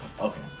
Okay